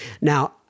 Now